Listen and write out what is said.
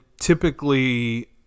typically